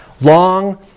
long